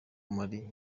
marley